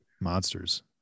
Monsters